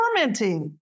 fermenting